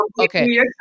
okay